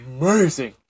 amazing